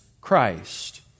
Christ